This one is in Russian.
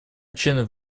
членов